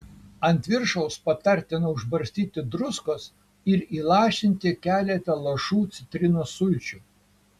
ant viršaus patartina užbarstyti druskos ir įlašinti keletą lašų citrinos sulčių